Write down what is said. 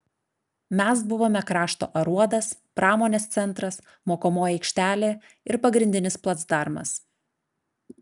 mes buvome krašto aruodas pramonės centras mokomoji aikštelė ir pagrindinis placdarmas